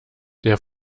der